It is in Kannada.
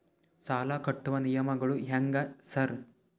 ಸಾಲ ಕಟ್ಟುವ ನಿಯಮಗಳು ಹ್ಯಾಂಗ್ ಸಾರ್?